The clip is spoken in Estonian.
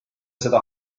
seda